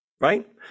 Right